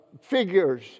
figures